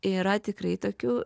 yra tikrai tokių